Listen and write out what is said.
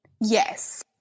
Yes